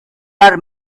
are